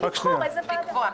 לבחור איזו ועדה.